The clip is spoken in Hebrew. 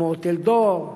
כמו "טלדור"